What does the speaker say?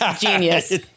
Genius